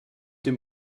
dem